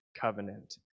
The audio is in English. covenant